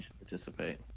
Participate